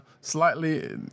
Slightly